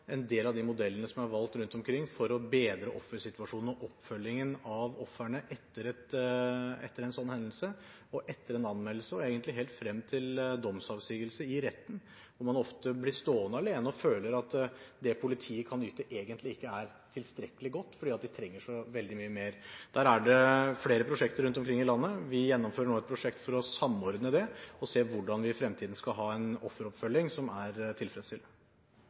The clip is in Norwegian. en del av de modellene som er valgt rundt omkring for å bedre offersituasjonen og oppfølgingen av ofrene etter en slik hendelse, etter en anmeldelse og egentlig helt frem til en domsavsigelse i retten, når man ofte blir stående alene og føler at det politiet kan yte, egentlig ikke er tilstrekkelig godt, fordi man trenger så veldig mye mer. Der er det flere prosjekter rundt om i landet. Vi gjennomfører nå et prosjekt for å samordne det og se hvordan vi i fremtiden skal ha en offeroppfølging som er tilfredsstillende.